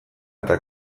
eta